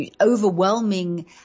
overwhelming